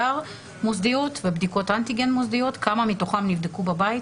מוסדיות ובבדיקות אנטיגן מוסדיות כמה מתוכן נבדקו בבית